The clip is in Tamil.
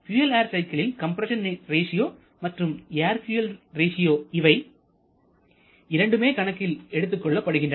பியூயல் ஏர் சைக்கிளில் கம்ப்ரஸன் ரேசியோ மற்றும் ஏர் பியூயல் ரேசியோ இவை இரண்டுமே கணக்கில் எடுத்துக் கொள்ளப்படுகின்றன